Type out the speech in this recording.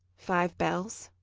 five bells?